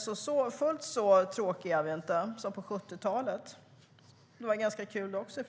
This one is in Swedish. Vi är alltså inte fullt så tråkiga som på 70-talet - men det var ganska kul då också.